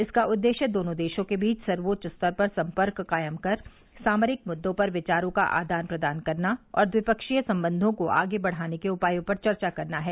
इसका उद्देश्य दोनों देशों के बीच सर्वोच्च स्तर पर संपर्क कायम कर सामरिक मुद्दों पर विचारों का आदान प्रदान करना और द्विपक्षीय संबंधों को आगे बढ़ाने के उपायों पर चर्चा करना है